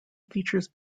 features